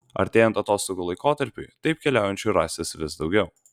artėjant atostogų laikotarpiui taip keliaujančių rasis vis daugiau